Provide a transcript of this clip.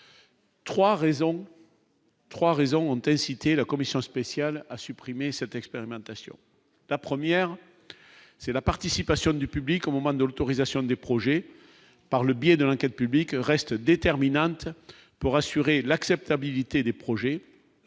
3 raisons ont incité la Commission spéciale à supprimer cette expérimentation, la 1ère c'est la participation du public au moment de l'théorisation des projets par le biais de l'enquête publique reste déterminante pour assurer l'acceptabilité des projets